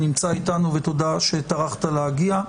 הוא נמצא איתנו ותודה שטרחת להגיע,